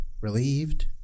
relieved